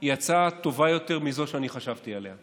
היא הצעה טובה יותר מזו שאני חשבתי עליה.